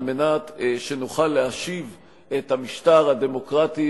על מנת שנוכל להשיב את המשטר הדמוקרטי